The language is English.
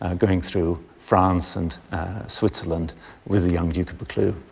ah going through france and switzerland with the young duke of buccleuch.